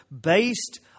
based